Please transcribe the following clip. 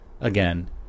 Again